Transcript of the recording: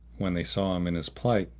when they saw him in his plight,